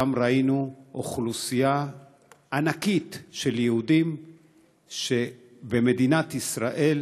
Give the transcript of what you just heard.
ראינו שם אוכלוסייה ענקית של יהודים שבמדינת ישראל